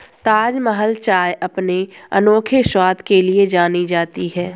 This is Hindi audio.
ताजमहल चाय अपने अनोखे स्वाद के लिए जानी जाती है